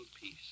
peace